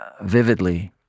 vividly